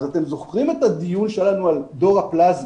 אז אתם זוכרים את הדיון שהיה לנו על דור הפלזמה